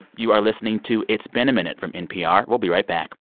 you are listening to it's been a minute from npr. we'll be right back